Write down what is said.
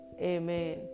Amen